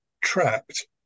trapped